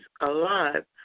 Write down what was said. alive